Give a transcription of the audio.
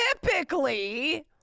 typically